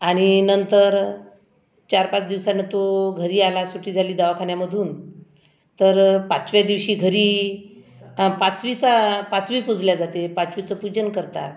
आणि नंतर चार पाच दिवसांनी तो घरी आला सुट्टी झाली दवाखान्यामधून तर पाचव्या दिवशी घरी पाचवीचा पाचवी पुजल्या जाते पाचवीचं पूजन करतात